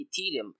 Ethereum